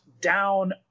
down